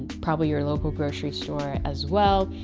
probably your local grocery store as well.